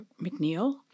McNeil